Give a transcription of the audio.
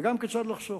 וגם כיצד לחסוך.